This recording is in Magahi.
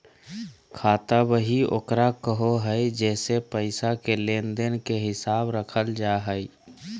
खाता बही ओकरा कहो हइ जेसे पैसा के लेन देन के हिसाब रखल जा हइ